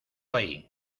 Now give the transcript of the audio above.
ahí